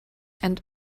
and